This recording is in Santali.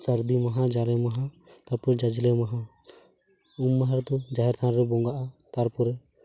ᱥᱟᱹᱨᱫᱤ ᱢᱟᱦᱟ ᱡᱟᱞᱮ ᱢᱟᱦᱟ ᱛᱟᱨᱯᱚᱨ ᱡᱟᱡᱽᱞᱮ ᱢᱟᱦᱟ ᱩᱢ ᱢᱟᱦᱟ ᱨᱮᱫᱚ ᱡᱟᱦᱮᱨ ᱛᱷᱟᱱᱨᱮ ᱵᱚᱸᱜᱟᱜᱼᱟ ᱛᱟᱨᱯᱚᱨᱮ